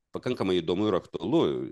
pakankamai įdomu ir aktualu